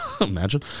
imagine